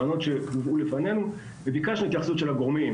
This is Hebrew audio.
רעיונות שהובאו לפנינו וביקשנו התייחסות של הגורמים.